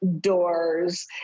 doors